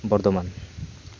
Bardhaman